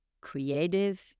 creative